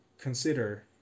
consider